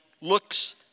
looks